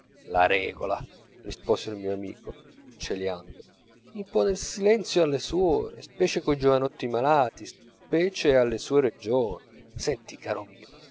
alla regola la regola rispose il mio amico celiando impone il silenzio alle suore specie coi giovanotti malati specie alle suore giovani senti caro mio